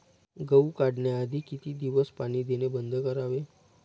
गहू काढण्याआधी किती दिवस पाणी देणे बंद करावे?